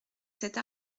cette